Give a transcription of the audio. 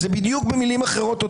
זה אותו דבר במילים אחרות.